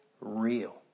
real